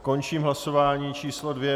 Končím hlasování číslo 2.